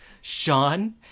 Sean